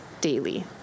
daily